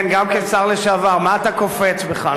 כן, גם כשר לשעבר, מה אתה קופץ בכלל?